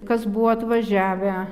kas buvo atvažiavę